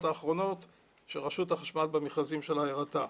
האחרונות כאשר רשות החשמל במכרזים שלה הראתה.